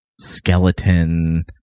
skeleton